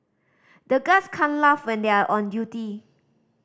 the guards can't laugh when they are on duty